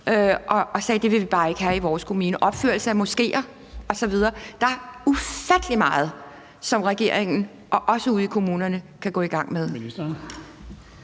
og sagde: Det vil vi bare ikke have i vores kommune, altså opførelse af moskéer osv. Der er ufattelig meget, som regeringen og også dem ude i kommunerne kan gå i gang med.